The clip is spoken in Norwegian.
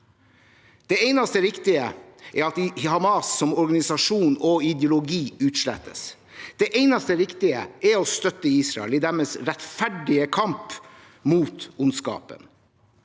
Det eneste riktige er at Hamas som organisasjon og ideologi utslettes. Det eneste riktige er å støtte Israel i deres rettferdige kamp mot ondskapen.